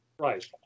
Right